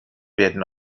werden